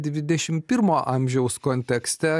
dvidešimt pirmo amžiaus kontekste